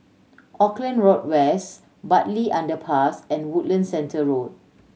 Auckland Road West Bartley Underpass and Woodlands Centre Road